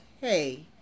hey